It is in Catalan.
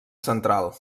central